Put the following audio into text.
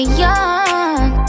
young